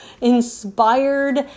inspired